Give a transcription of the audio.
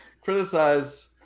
criticize